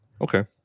okay